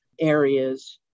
areas